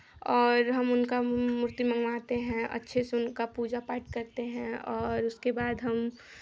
और हम उनका मूर्ति मंगवाते हैं अच्छे से उनका पूजा पाठ करते हैं और उसके बाद हम